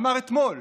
אמר אתמול: